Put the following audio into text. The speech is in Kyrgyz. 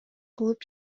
кылып